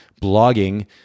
Blogging